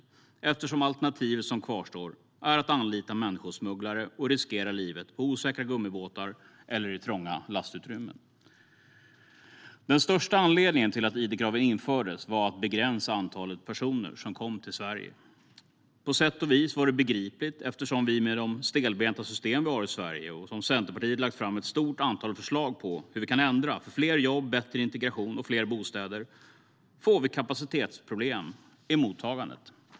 Det alternativ som kvarstår är nämligen att anlita människosmugglare och riskera livet på osäkra gummibåtar eller i trånga lastutrymmen. Den största anledningen till att id-kraven infördes var att antalet personer som kom till Sverige skulle begränsas. På sätt och vis var det begripligt eftersom vi med de stelbenta system vi har i Sverige får kapacitetsproblem i mottagandet. Centerpartiet har lagt fram ett stort antal förslag på hur vi kan ändra de stelbenta systemen för att få fler jobb, bättre integration och fler bostäder.